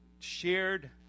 shared